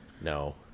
No